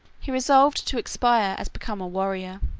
he resolved to expire as became a warrior.